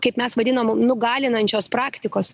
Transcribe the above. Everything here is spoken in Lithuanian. kaip mes vadinom nugalinančios praktikos